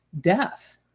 death